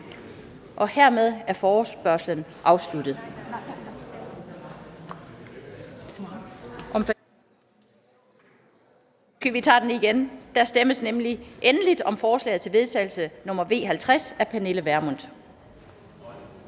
Hermed er forespørgslen afsluttet.